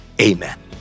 Amen